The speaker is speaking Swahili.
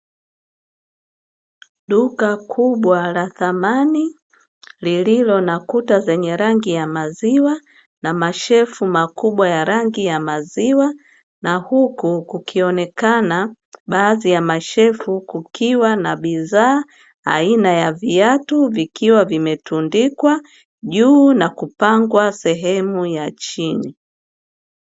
Duka kubwa la thamani lililo na kuta zenye rangi ya maziwa na mashelfu makubwa ya rangi ya maziwa, na huku kukionekana baadhi ya mashelfu kukiwa na bidhaa aina ya viatu vikiwa vimetundikwa juu na kupangwa sehemu ya chini.